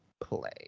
play